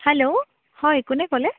hello হয় কোনে ক'লে